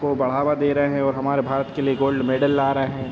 को बढ़ावा दे रहे हैं और हमारे भारत के लिए गोल्ड मेडल ला रहे हैं